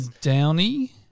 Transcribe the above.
Downey